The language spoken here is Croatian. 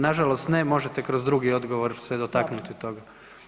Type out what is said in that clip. Nažalost ne, možete kroz drugi odgovor se dotaknuti toga.